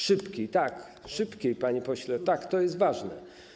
Szybkiej, tak, szybkiej, panie pośle, to jest ważne.